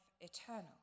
eternal